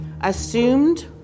assumed